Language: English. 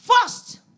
first